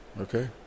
Okay